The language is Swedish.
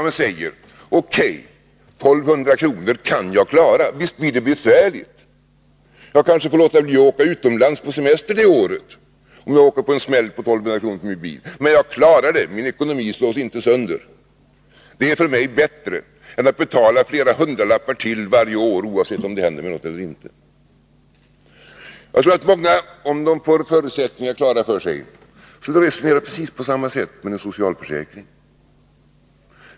Man säger O.K., 1 200 kr. kan jag klara. Visst blir det besvärligt. Jag kanske får låta bli att åka utomlands på semestern det året, om jag råkar ut för en smäll på 1 200 kr. på min bil. Men jag klarar det, min ekonomi slås inte sönder. Det är för mig bättre än att betala flera hundralappar till varje år, oavsett om det händer mig något eller inte. Jag tror att många, om de får förutsättningarna klara för sig, skulle resonera på precis samma sätt om en socialförsäkring.